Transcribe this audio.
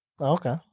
Okay